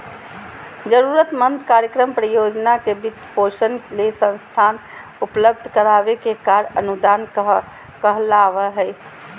जरूरतमंद कार्यक्रम, परियोजना के वित्तपोषण ले संसाधन उपलब्ध कराबे के कार्य अनुदान कहलावय हय